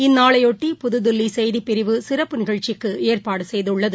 இந்நாளையொட்டி புதுதில்லிசெய்திப்பிரிவு சிறப்பு நிகழ்ச்சிக்குஏற்பாடுசெய்துள்ளது